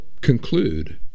conclude